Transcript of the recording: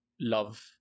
love